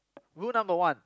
rule number one